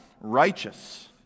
Righteous